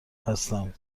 هستم